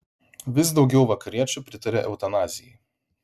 vis daugiau vakariečių pritaria eutanazijai